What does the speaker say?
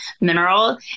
mineral